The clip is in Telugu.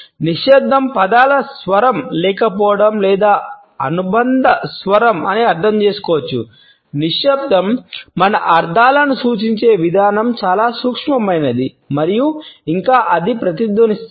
నిశ్శబ్దం పదాల స్వరం లేకపోవడం లేదా ఏదైనా అనుబంధ స్వరం అని అర్థం చేసుకోవచ్చు నిశ్శబ్దం మన అర్ధాలను సూచించే విధానం చాలా సూక్ష్మమైనది మరియు ఇంకా అది ప్రతిధ్వనిస్తుంది